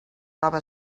nova